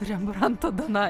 rembranto danaja